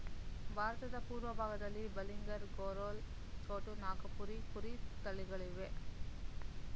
ಭಾರತದ ಪೂರ್ವಭಾಗದಲ್ಲಿ ಬಲಂಗಿರ್, ಗರೋಲ್, ಛೋಟಾ ನಾಗಪುರಿ ಕುರಿ ತಳಿಗಳಿವೆ